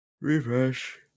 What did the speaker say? Refresh